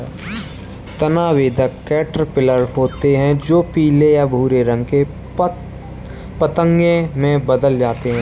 तना बेधक कैटरपिलर होते हैं जो पीले या भूरे रंग के पतंगे में बदल जाते हैं